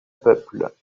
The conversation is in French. peuple